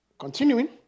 Continuing